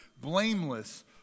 blameless